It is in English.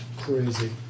crazy